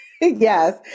Yes